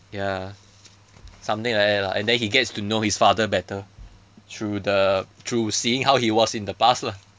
ya something like that lah and then he gets to know his father better through the through seeing how he was in he past lah